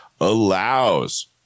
allows